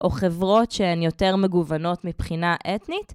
או חברות שהן יותר מגוונות מבחינה אתנית